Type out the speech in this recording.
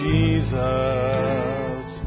Jesus